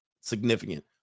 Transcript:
significant